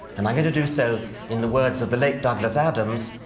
and i'm going to do so in the words of the late douglas adams,